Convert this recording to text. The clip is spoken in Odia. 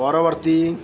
ପରବର୍ତ୍ତୀ